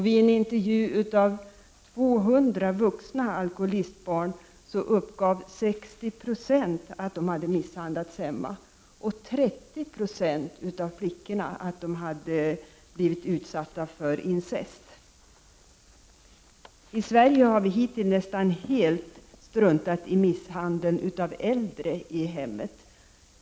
Vid en intervju av 200 vuxna alkoholistbarn uppgav 60 276 att de hade misshandlats hemma, 30 26 av flickorna att de hade blivit utsatta för incest. I Sverige har vi hittills nästan helt struntat i misshandeln av äldre i hem men.